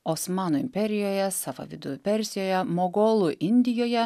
osmanų imperijoje safavidų persijoje mogolų indijoje